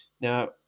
Now